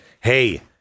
hey